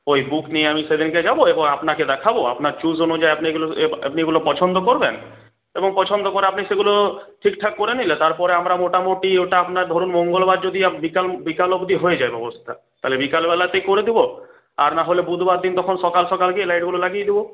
ওই বুক নিয়ে আমি সেইদিনকে যাবো এবং আপনাকে দেখাবো আপনার চুজ অনুযায়ী আপনি এগুলো এ আপনি এগুলো পছন্দ করবেন এবং পছন্দ করে আপনি সেগুলো ঠিকঠাক করে নিলে তারপরে আমরা মোটামুটি ওটা আপনার ধরুন মঙ্গলবার যদি বিকাল বিকাল অবধি হয়ে যায় ব্যবস্থা তাহলে বিকালবেলাতেই করে দেবো আর নাহলে বুধবার দিন তখন সকাল সকাল গিয়ে লাইটগুলো লাগিয়ে দেবো